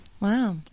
Wow